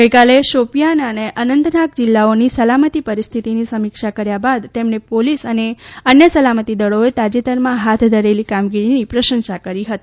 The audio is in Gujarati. ગઈકાલે શોપિયાન અને અનંતનાગ જિલ્લાઓની સલામતી પરિસ્થિતિની સમીક્ષા કર્યા બાદ તેમણે પોલીસ અને અન્ય સલામતી દળોએ તાજેતરમાં હાથ ધરેલી કામગીરીની પ્રશંસા કરી હતી